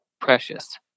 precious